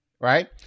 right